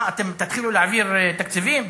מה, אתם תתחילו להעביר תקציבים?